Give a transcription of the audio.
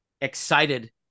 excited